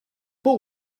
but